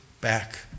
back